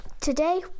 Today